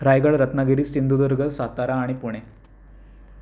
रायगड रत्नागिरी सिंधुदूर्ग सातारा आणि पुणे